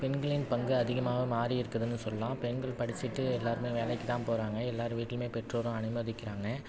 பெண்களின் பங்கு அதிகமாக மாறி இருக்குதுன்னு சொல்லலாம் பெண்கள் படிச்சுட்டு எல்லோருமே வேலைக்கு தான் போகிறாங்க எல்லோர் வீட்லேயுமே பெற்றோரும் அனுமதிக்கிறாங்க